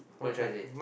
what you trying to say